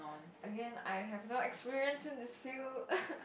Again I have no experience in this field